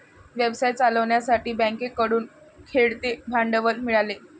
व्यवसाय चालवण्यासाठी बँकेकडून खेळते भांडवल मिळाले